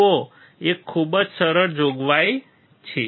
જુઓ એક ખૂબ જ સરળ જોગવાઈ છે